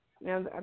Now